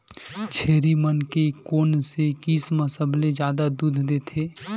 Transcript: छेरी मन के कोन से किसम सबले जादा दूध देथे?